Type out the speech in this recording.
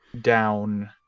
down